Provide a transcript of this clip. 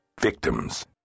Victims